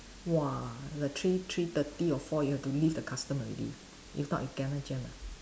!wah! the three three thirty or four you have to leave the custom already if not you kena jam ah